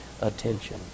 attention